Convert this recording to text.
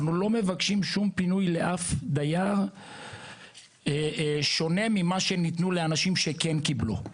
אנחנו לא מבקשים שום פינוי לאף דייר שונה ממה שניתנו לאנשים שכן קיבלו.